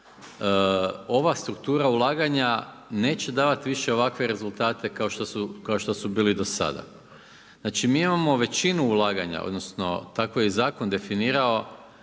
ova struktura ulaganja neće davati više ovakve rezultate kao što su bili do sada. Znači mi imamo veću ulaganja, odnosno tako je zakon definirao